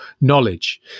knowledge